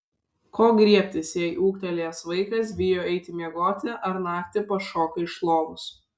ko griebtis jei ūgtelėjęs vaikas bijo eiti miegoti ar naktį pašoka iš lovos